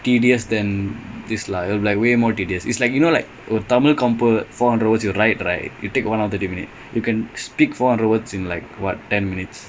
கண்டிப்பா கண்டிப்பா:kandippaa kandippaa hundred percent